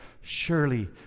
surely